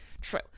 True